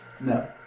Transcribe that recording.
No